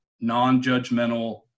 non-judgmental